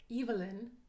Evelyn